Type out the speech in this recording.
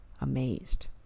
Amazed